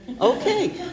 Okay